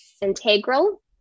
integral